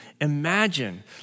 imagine